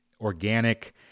Organic